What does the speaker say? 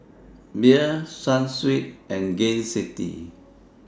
Bia Sunsweet and Gain City